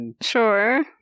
Sure